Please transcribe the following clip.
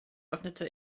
öffnete